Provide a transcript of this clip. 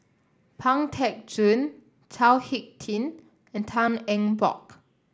Pang Teck Joon Chao HicK Tin and Tan Eng Bock